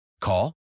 Call